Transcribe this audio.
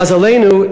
למזלנו,